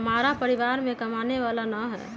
हमरा परिवार में कमाने वाला ना है?